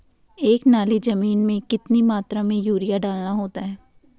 एक नाली जमीन में कितनी मात्रा में यूरिया डालना होता है?